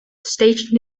stage